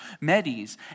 Medes